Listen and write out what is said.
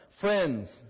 friends